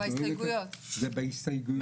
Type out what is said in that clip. זה בהסתייגויות.